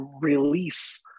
release